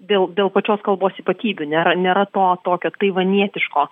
dėl dėl pačios kalbos ypatybių nėra nėra to tokio taivanietiško